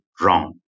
wrong